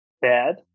bad